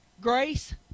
Grace